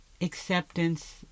acceptance